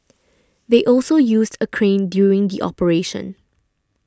they also used a crane during the operation